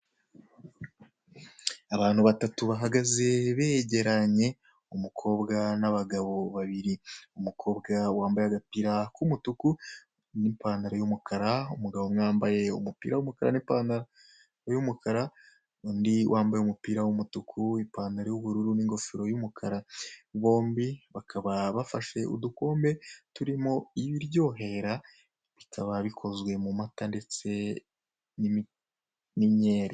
Abantu batatu bahagaze begeranye, umukobwa n'abagabo babiri umukobwa wambaye agapira k'umutuku n'ipantaro y'umukara umugabo umwe yambaye umupira w'umukara n'ipantaro y'umukara undi yambaye umupira w'umutuku n'ipantaro y'ubururu ndetse n'ingofero y'umukara. Bombi bakaba bafashe udukombe turimo ibiryohera bikaba bikoze mumata ndetse n'inyeri.